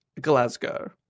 Glasgow